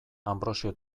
anbrosio